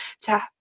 to-